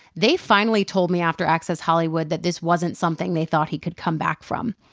they finally told me after access hollywood that this wasn't something they thought he could come back from.